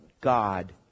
God